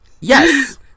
Yes